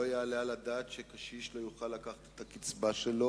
לא יעלה על הדעת שקשיש לא יוכל לקחת את הקצבה שלו